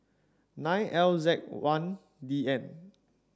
nine L Z one D N